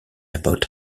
about